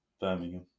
Birmingham